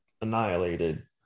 annihilated